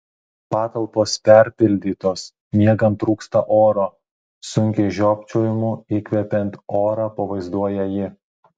patalpos perpildytos miegant trūksta oro sunkiu žiopčiojimu įkvepiant orą pavaizduoja ji